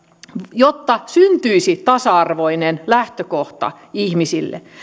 jotta syntyisi tasa arvoinen lähtökohta ihmisille